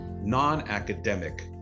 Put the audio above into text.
non-academic